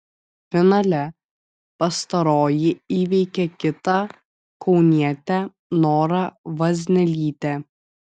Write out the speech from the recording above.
finale pastaroji įveikė kitą kaunietę norą vaznelytę